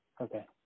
Okay